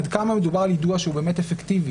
עד כמה מדובר על יידוע שהוא במאת אפקטיבי?